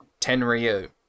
Tenryu